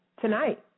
tonight